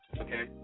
Okay